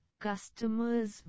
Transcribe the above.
Customers